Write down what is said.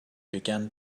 began